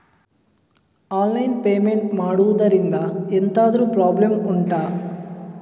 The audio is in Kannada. ಆನ್ಲೈನ್ ಪೇಮೆಂಟ್ ಮಾಡುದ್ರಿಂದ ಎಂತಾದ್ರೂ ಪ್ರಾಬ್ಲಮ್ ಉಂಟಾ